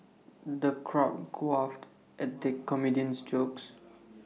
the crowd guffawed at the comedian's jokes